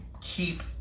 keep